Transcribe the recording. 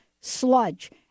sludge